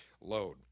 load